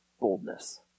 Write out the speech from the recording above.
boldness